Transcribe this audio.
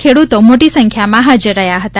ખેડૂતો મોટી સંખ્યામાં હાજર રહ્યા હતા